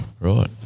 Right